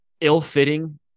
ill-fitting